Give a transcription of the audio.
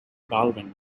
baldwin